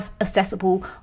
accessible